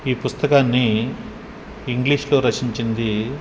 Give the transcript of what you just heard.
ఈ పుస్తకాన్ని ఇంగ్లీష్లో రచించింది